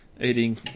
eating